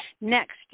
next